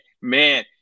man